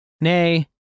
Nay